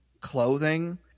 clothing